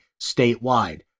statewide